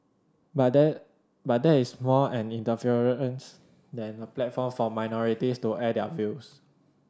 but that but that is more an than a platform for minorities to air their views